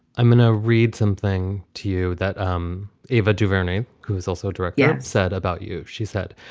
i'm gonna read something to you that um ava duvernay, who is also direct, yeah said about you. she said,